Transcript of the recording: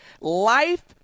life